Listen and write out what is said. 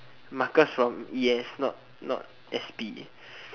Marcus from e_s not not s_p